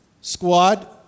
squad